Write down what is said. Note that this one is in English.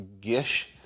GISH